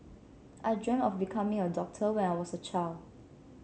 I dreamt of becoming a doctor when I was a child